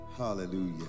Hallelujah